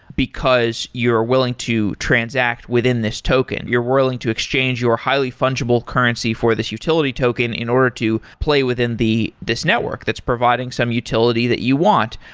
because you're willing to transact within this token, you're willing to exchange your highly-fungible currency for this utility token in order to play within this network that's providing some utility that you want,